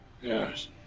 Yes